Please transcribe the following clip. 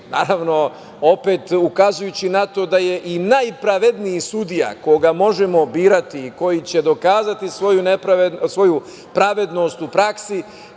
naravno, opet ukazujući na to da je i najpravedniji sudija koga možemo birati i koji će dokazati svoju pravednost u praksi